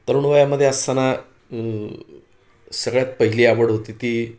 तरुण वयामध्ये असताना सगळ्यात पहिली आवड होती ती